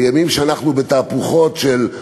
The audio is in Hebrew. בימים שאנחנו בתהפוכות של,